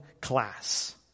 class